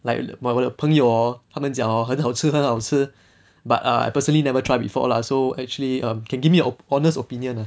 like 我的朋友 hor 他们讲 hor 很好吃很好吃 but I personally never try before lah so actually um can give me your honest opinion ah